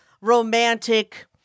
romantic